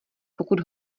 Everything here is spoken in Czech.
pokud